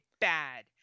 bad